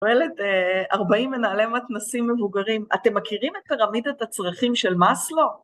תועלת, ארבעים מנהלי מתנ"סים מבוגרים, אתם מכירים את פירמידת הצרכים של מאסלו?